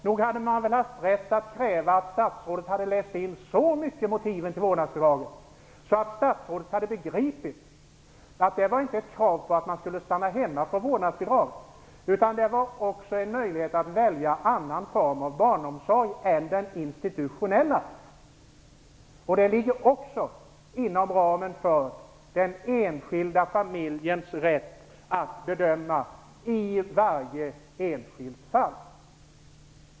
Nog borde man ha rätt att kräva att statsrådet har läst på motiven till vårdnadsbidragen så pass mycket att statsrådet har begripit att det inte var ett krav för att få vårdnadsbidrag att man stannar hemma? Det var också en möjlighet att välja annan form av barnomsorg än den institutionella. Det ligger också inom ramen för den enskilda familjens rätt att bedöma i varje enskilt fall.